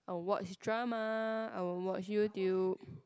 I'll watch drama I'll watch YouTube